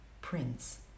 Prince